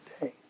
day